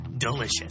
delicious